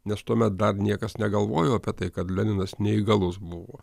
nes tuomet dar niekas negalvojo apie tai kad leninas neįgalus buvo